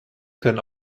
können